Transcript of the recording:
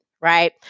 right